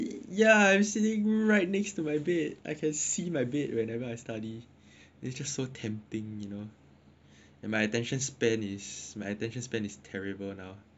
right next to my bed I can see my bed whenever I study it's just so tempting you know and my attention span is my attention span is terrible now